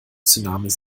tsunamis